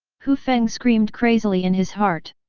hu feng screamed crazily in his heart.